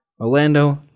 Orlando